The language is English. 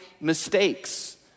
mistakes